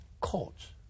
courts